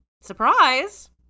Surprise